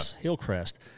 Hillcrest